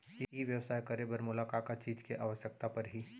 ई व्यवसाय करे बर मोला का का चीज के आवश्यकता परही?